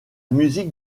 musique